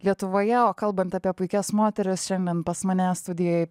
lietuvoje o kalbant apie puikias moteris šiandien pas mane studijoj